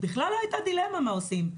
בכלל לא הייתה דילמה מה עושים.